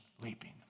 leaping